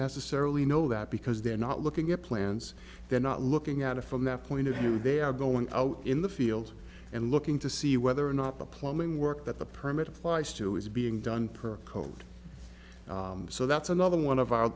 necessarily know that because they're not looking at plants they're not looking out from that point of view they are going out in the field and looking to see whether or not the plumbing work that the permit applies to is being done per code so that's another one of our